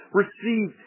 receive